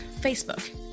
Facebook